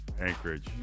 Anchorage